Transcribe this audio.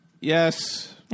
Yes